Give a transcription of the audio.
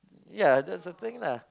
ya that's the thing lah